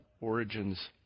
origins